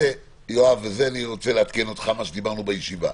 יואב, אני רוצה לעדכן אותך במה שדיברנו בישיבה.